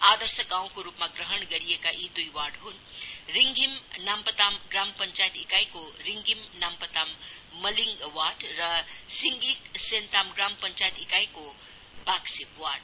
आदर्श गाउँको रूपमा ग्रहण गरिएका यी दुई वार्ड ह्न् रिङहिम नामपताम ग्राम पञ्चायत ईकाईको रिङधिम नामपताम मलिङ वार्ड र सिङधिक सेन्ताम ग्राम पञ्चायत ईकाईको पाकशेप वार्ड